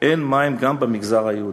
אין מים גם במגזר היהודי,